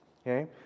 okay